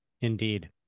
indeed